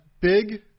big